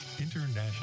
International